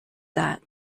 that